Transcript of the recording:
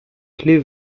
clés